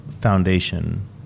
foundation